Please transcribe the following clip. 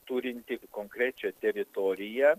turinti konkrečią teritoriją